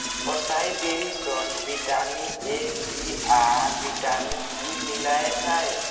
असाई बेरी सं vitamin A, C आ विटामिन ई मिलै छै